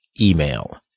email